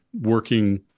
working